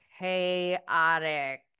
chaotic